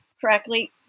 correctly